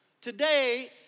Today